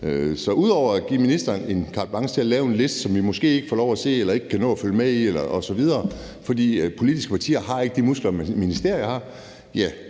Så ud over og give ministeren carte blanche til at lave en liste, som vi måske ikke får lov til at se eller ikke kan nå at følge med i osv. – for politiske partier har ikke de muskler, ministerier har